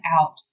out